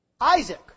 Isaac